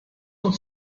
und